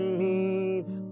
meet